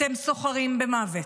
אתם סוחרים במוות,